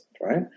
Right